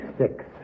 six